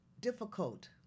difficult